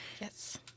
yes